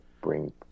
bring